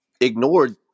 ignored